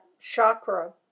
chakra